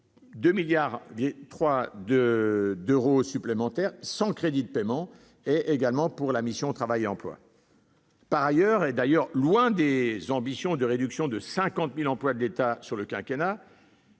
2,3 milliards d'euros supplémentaires sans crédits de paiement, ou pour la mission « Travail et emploi ». Par ailleurs, loin des ambitions de réductions de 50 000 emplois de l'État durant le quinquennat,